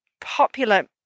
popular